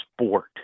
sport